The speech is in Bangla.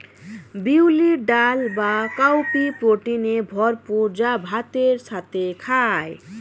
বিউলির ডাল বা কাউপি প্রোটিনে ভরপুর যা ভাতের সাথে খায়